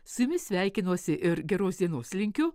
su jumis sveikinuosi ir geros dienos linkiu